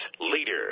leader